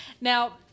Now